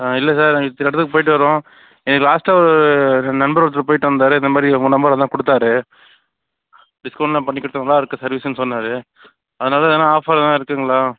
ஆ இல்லை சார் நாங்கள் இத்தனை இடத்துக்கு போயிவிட்டு வர்றோம் எங்களுக்கு லாஸ்ட்டாக ஒரு நண்பர் ஒருத்தர் போயிவிட்டு வந்தார் இந்தமாதிரி உங்கள் நம்பரை தான் கொடுத்தாரு டிஸ்கௌண்ட்லாம் பண்ணி கொடுத்து நல்லாயிருக்கு சர்வீஸுன்னு சொன்னார் அதனால்தான் எதனா ஆஃபர் எதனா இருக்குங்களா